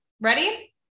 Ready